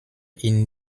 ihnen